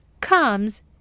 comes